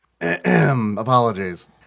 Apologies